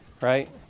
right